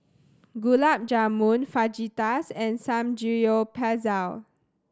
Gulab Jamun Fajitas and Samgeyopsal